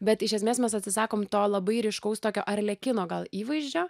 bet iš esmės mes atsisakom to labai ryškaus tokio arlekino gal įvaizdžio